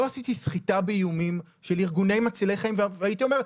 לא עשיתי סחיטה באיומים לארגונים מצילי חיים ואמרתי,